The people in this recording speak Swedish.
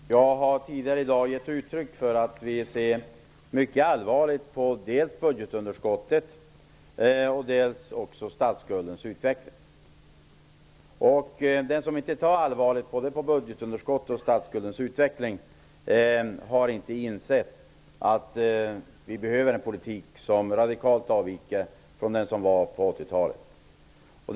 Fru talman! Jag har tidigare i dag gett uttryck för att vi ser mycket allvarligt dels på budgetunderskottet, dels på statsskuldens utveckling. Den som inte tar allvarligt på dessa båda saker har inte insett att vi behöver en politik som radikalt avviker från den som gällde på 1980-talet.